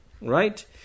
Right